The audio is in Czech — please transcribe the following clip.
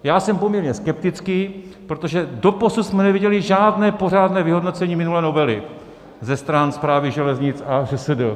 Já jsem poměrně skeptický, protože doposud jsme neviděli žádné pořádné vyhodnocení minulé novely ze strany Správy železnic a ŘSD.